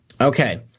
Okay